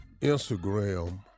Instagram